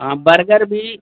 हाँ बरगर भी